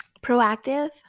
proactive